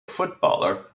footballer